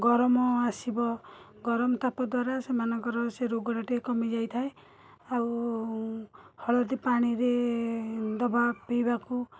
ଗରମ ଆସିବ ଗରମ ତାପ ଦ୍ୱାରା ସେମାନଙ୍କର ସେ ରୋଗଟା ଟିକିଏ କମିଯାଇଥାଏ ଆଉ ହଳଦୀ ପାଣିରେ ଦବା ପିଇବାକୁ